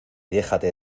déjate